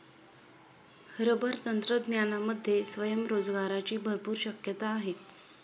rubber तंत्रज्ञानामध्ये स्वयंरोजगाराची भरपूर शक्यता आहे